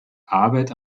arbeit